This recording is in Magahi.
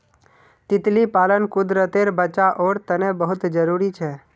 तितली पालन कुदरतेर बचाओर तने बहुत ज़रूरी छे